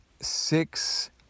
six